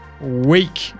week